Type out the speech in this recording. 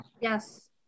yes